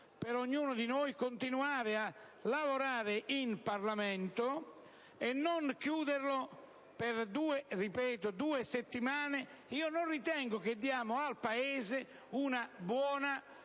per ognuno di noi continuare a lavorare in Parlamento e non chiuderlo per due settimane. Non ritengo che diamo al Paese una buona